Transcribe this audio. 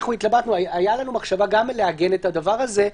הייתה לנו מחשבה לעגן את הדבר הזה,